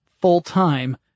full-time